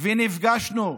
ונפגשנו,